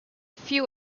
few